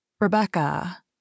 Rebecca